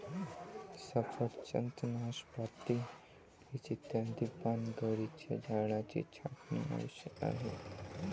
सफरचंद, नाशपाती, पीच इत्यादी पानगळीच्या झाडांची छाटणी आवश्यक आहे